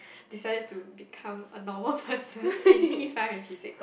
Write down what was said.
decided to become a normal person in P five and P six